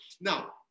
now